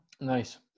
Nice